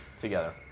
Together